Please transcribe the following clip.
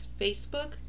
Facebook